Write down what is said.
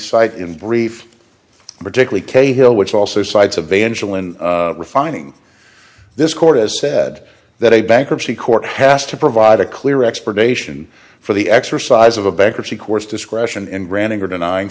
cite in brief particularly cahill which also sides of angel in refining this court has said that a bankruptcy court has to provide a clear explanation for the exercise of a bankruptcy courts discretion in granting or denying